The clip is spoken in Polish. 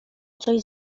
coś